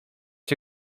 się